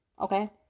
Okay